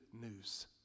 news